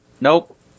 Nope